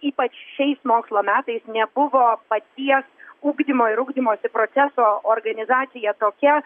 ypač šiais mokslo metais nebuvo paties ugdymo ir ugdymosi proceso organizacija tokia